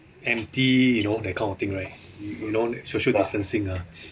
empty you know that kind of thing right you know social distancing ah